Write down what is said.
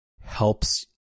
helps